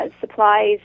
supplies